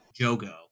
Jogo